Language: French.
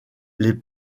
les